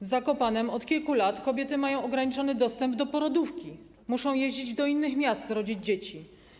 W Zakopanem od kilku lat kobiety mają ograniczony dostęp do porodówki, muszą jeździć do innych miast i tam rodzić dzieci.